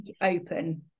open